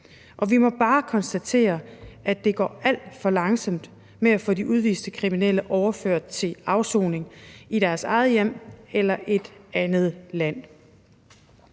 og vi må bare konstatere, at det går alt for langsomt med at få de udviste kriminelle overført til afsoning i deres eget hjemland eller et andet land.